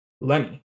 Lenny